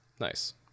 Nice